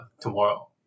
tomorrow